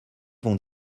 vont